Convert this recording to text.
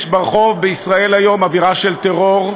יש ברחוב בישראל היום אווירה של טרור,